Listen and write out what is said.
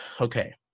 Okay